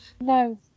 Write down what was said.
No